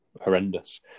horrendous